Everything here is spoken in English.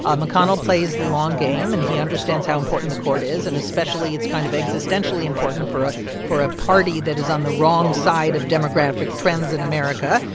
um mcconnell plays the long game, and he understands how important the court is. and especially, it's kind of existentially important for for a party that is on the wrong side of demographic trends in america,